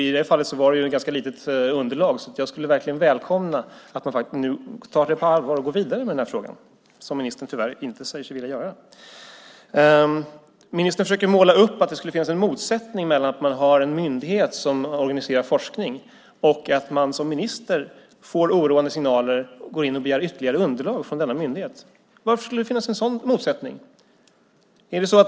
I det här fallet var det ett ganska litet underlag. Jag skulle verkligen välkomna om man nu tog det på allvar och gick vidare med frågan, vilket ministern tyvärr inte säger sig vilja göra. Ministern försöker måla upp bilden att det skulle finnas en motsättning mellan att man har en myndighet som organiserar forskning och att man som minister får oroande signaler och går in och begär ytterligare underlag från denna myndighet. Varför skulle det finnas en sådan motsättning?